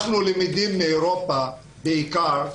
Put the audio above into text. אנחנו למדים מאירופה בעיקר,